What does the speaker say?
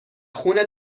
خون